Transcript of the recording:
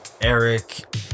Eric